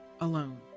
alone